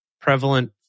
prevalent